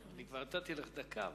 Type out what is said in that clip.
כבר נתתי לך דקה,